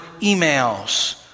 emails